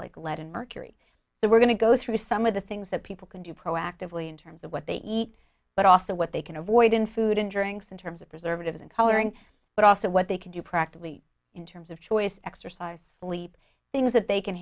like lead and mercury that we're going to go through some of the things that people can do proactively in terms of what they eat but also what they can avoid in food and drinks in terms of preservatives and coloring but also what they can do practically in terms of choice exercise sleep things that they can